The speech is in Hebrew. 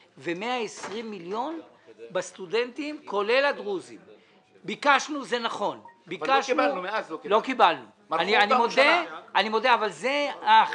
פניות מספר 306 עד 310. אני לא יודע איך הקואליציה תומכת בזה,